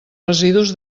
residus